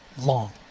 long